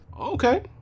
Okay